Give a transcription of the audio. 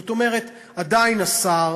זאת אומרת, עדיין השר